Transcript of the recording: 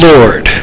Lord